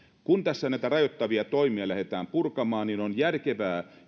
kun tässä näitä rajoittavia toimia lähdetään purkamaan niin on järkevää